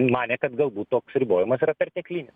manė kad galbūt toks ribojimas yra perteklinis